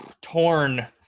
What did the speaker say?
torn